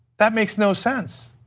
that makes no sense.